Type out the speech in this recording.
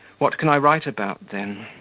what can i write about, then?